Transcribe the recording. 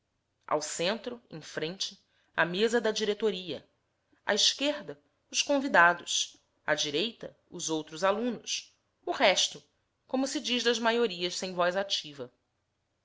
ao centro em frente a mesa da diretoria à esquerda os convidados à direita os outros alunos o resto como se diz das maiorias sem voz ativa